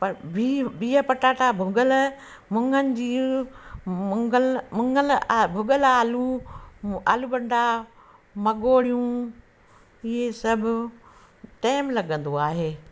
पर बिह बिह पटाटा भुॻल मूङनि जी मूङल मूङल आहे भुॻल आलू आलू बंडा मंगोड़ियूं इहे सभु टाइम लॻंदो आहे